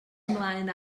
ymlaen